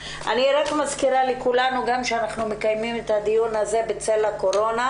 מזכירה לכולנו שאנחנו מקיימים את הדיון הזה בצל הקורונה,